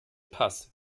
pass